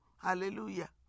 Hallelujah